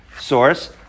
source